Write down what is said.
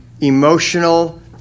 emotional